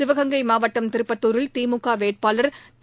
சிவகங்கை மாவட்டம் திருப்பத்தூரில் திமுக வேட்பாளர் திரு